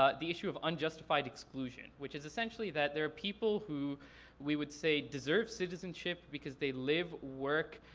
ah the issue of unjustified exclusion. which is essentially that there are people who we would say deserve citizenship because they live, work,